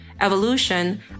evolution